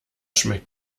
schmeckt